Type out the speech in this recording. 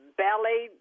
ballet